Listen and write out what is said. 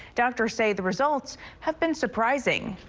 doctors say the results have been surprising.